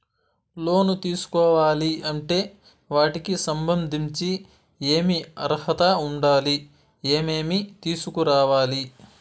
లోను తీసుకోవాలి అంటే వాటికి సంబంధించి ఏమి అర్హత ఉండాలి, ఏమేమి తీసుకురావాలి